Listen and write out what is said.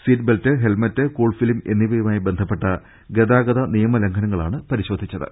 seat belt helmet cool film എന്നിവയുമായി ബന്ധപ്പെട്ട ഗതാഗത നിയമലംഘനങ്ങളാണ് പരിശോധിച്ചത്